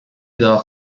dog